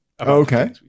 Okay